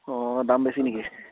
অঁ দাম বেছি নেকি